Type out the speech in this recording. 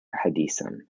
hasidim